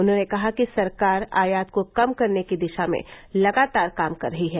उन्होंने कहा कि सरकार आयात को कम करने की दिशा में लगातार काम कर रही है